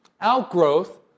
outgrowth